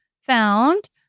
found